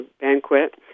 banquet